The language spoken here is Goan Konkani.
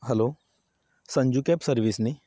हॅलो संजू कॅब सरवीस न्हय